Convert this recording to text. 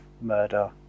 murder